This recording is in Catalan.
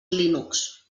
linux